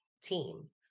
team